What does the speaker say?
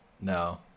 No